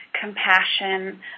compassion